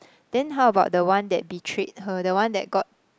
then how about the one that betrayed her the one that got